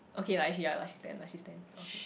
okay lah actually ya lah she's ten lah she's ten okay